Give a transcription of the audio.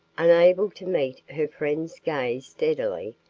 unable to meet her friend's gaze steadily,